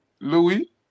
Louis